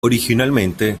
originalmente